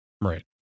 Right